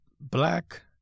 black